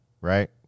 right